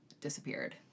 disappeared